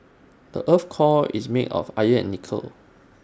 the Earth's core is made of iron and nickel